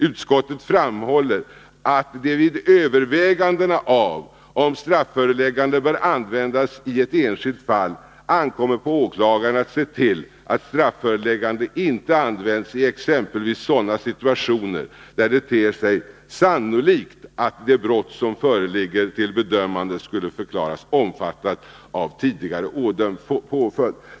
Utskottet framhåller att det vid 89 övervägandena av om strafföreläggande bör användas i ett enskilt fall ankommer på åklagaren att se till att strafföreläggande inte används i exempelvis sådana situationer då det ter sig sannolikt att det brott som föreligger till bedömande skulle förklaras omfattat av en tidigare ådömd påföljd.